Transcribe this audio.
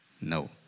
no